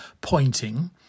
pointing